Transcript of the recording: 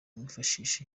wifashishe